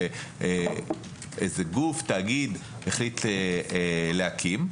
שאיזה גוף או תאגיד החליט להקים.